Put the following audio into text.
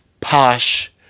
posh